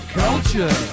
culture